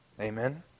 Amen